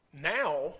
now